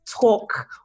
talk